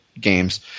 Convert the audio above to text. games